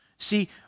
See